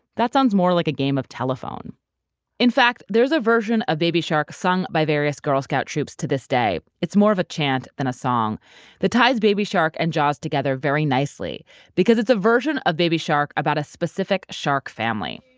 that sounds more like a game of telephone in fact, there's a version of baby shark song by various girl scout troops to this day. it's more of a chant than a song that ties baby shark and jaws together very nicely because it's a version of baby shark about a specific shark family,